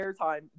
airtime